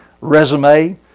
resume